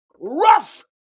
rough